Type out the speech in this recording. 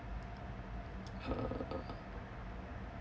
uh